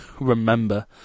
remember